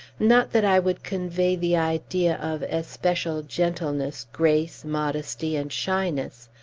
not that i would convey the idea of especial gentleness, grace, modesty, and shyness,